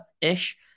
ish